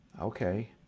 okay